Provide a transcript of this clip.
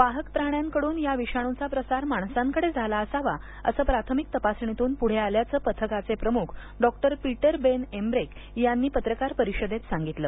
वाहक प्राण्यांकडून ह्या विषाणूचा प्रसार माणसांकडे झाला असावा असं प्राथमिक तपासणीतून पुढे आल्याचं पथकाचे प्रमुख डॉक्टर पीटर बेन एमबरेक यांनी पत्रकार परिषदेत संगितलं